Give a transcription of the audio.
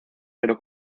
pero